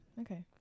Okay